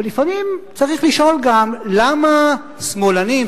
אבל לפעמים צריך לשאול גם למה שמאלנים,